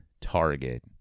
Target